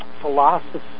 philosophy